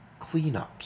cleanups